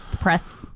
press